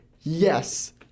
Yes